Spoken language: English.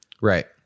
Right